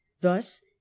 thus